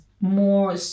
more